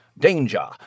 danger